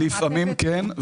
לפעמים כן,